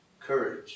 courage